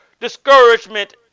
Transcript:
discouragement